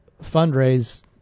fundraise